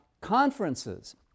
Conferences